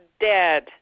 dead